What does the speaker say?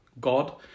God